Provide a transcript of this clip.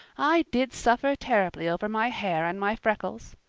i did suffer terribly over my hair and my freckles.